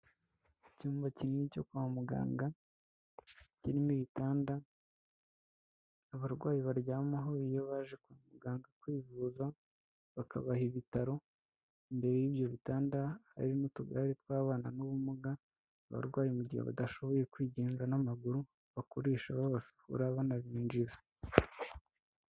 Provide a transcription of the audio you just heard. Icyumba kinini cyo kwa muganga, kirimo ibitanda abarwayi baryamaho iyo baje kwa muganga kwivuza, bakabaha ibitaro, imbere y'ibyo bitanda hari n'utugare tw'ababana n'ubumuga, abarwayi mu gihe badashoboye kwigenza n'amaguru, bakoresha babasohora, banabinjiza.